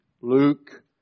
Luke